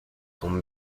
tombe